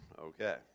Okay